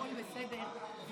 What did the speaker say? הכול בסדר.